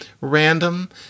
random